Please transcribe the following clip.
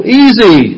easy